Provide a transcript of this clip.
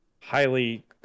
Highly